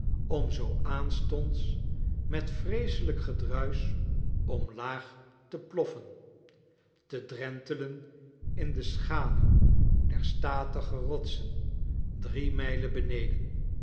om zoo aanstonds met vreeselijk gedruisch omlaag te plofyen te drentelen in de schaduw der statige rotsen drie mijlen beneden